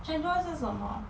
chendol 是什么